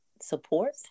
support